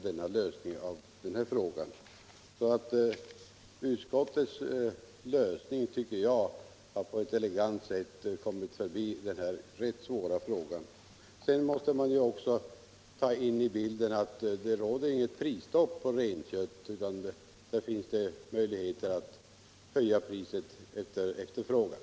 Jag tycker att utskottets lösning — m.m. på ett elegant sätt kommer förbi denna rätt svåra fråga. Sedan måste man också ta in i bilden att det inte råder något prisstopp på renkött. Det finns alltså möjligheter att höja priset med hänsyn till efterfrågan.